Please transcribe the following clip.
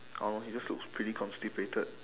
I don't know he just looks pretty constipated